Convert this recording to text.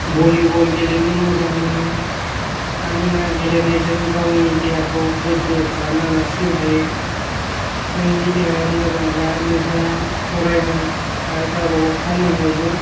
volleyball गेलेनो मोजां मोनो मानोना गेलेनायजों गावनि देहाखौ गोगो खालामना लाखिनो हायो नोंनि देहाया मोजांब्ला नोंथाङा फरायनाय आरो गाबागाव खामानियावबो